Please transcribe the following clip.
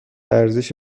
ارزش